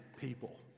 people